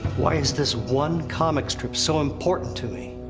why is this one comic strip so important to me?